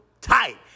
tight